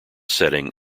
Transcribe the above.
setting